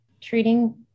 treating